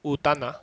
五单 ah